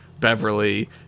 Beverly